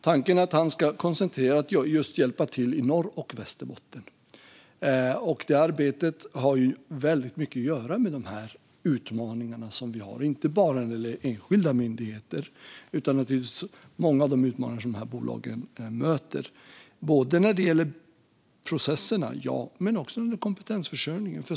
Tanken är att han koncentrerat ska hjälpa till just i Norrbotten och Västerbotten. Det arbetet har väldigt mycket att göra med de utmaningar som vi har, inte bara när det gäller enskilda myndigheter. De här bolagen möter ju många utmaningar både när det gäller processerna och kompetensförsörjningen.